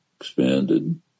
expanded